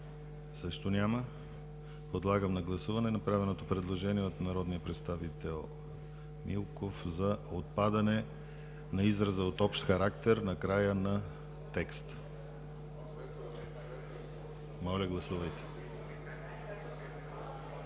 Също няма. Подлагам на гласуване направеното предложение от народния представител Милков за отпадане на израза „от общ характер“ накрая на текста. Гласуваме предложение,